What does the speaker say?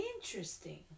Interesting